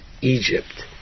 Egypt